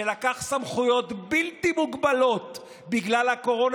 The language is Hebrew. שלקח סמכויות בלתי מוגבלות בגלל הקורונה